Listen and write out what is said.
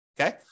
Okay